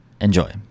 Enjoy